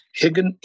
Higgin